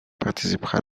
participera